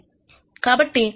కాబట్టి nTX2 b 0